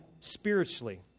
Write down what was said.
spiritually